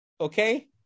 okay